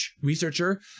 researcher